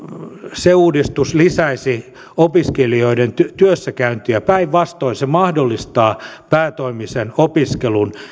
se uudistus lisäisi opiskelijoiden työssäkäyntiä päinvastoin se mahdollistaa päätoimisen opiskelun